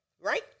right